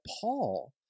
Paul